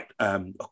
right